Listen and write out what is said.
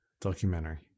Documentary